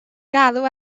galw